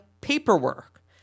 paperwork